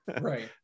Right